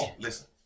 listen